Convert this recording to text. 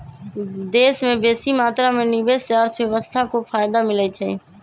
देश में बेशी मात्रा में निवेश से अर्थव्यवस्था को फयदा मिलइ छइ